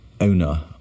owner